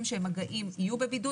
הילדים שהם מגעים יהיו בבידוד,